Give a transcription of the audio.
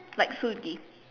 like Suzy